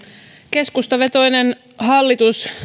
keskustavetoinen hallitus